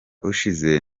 ushize